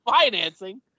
financing